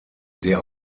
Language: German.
der